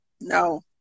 no